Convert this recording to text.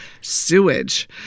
sewage